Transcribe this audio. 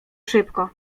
szybko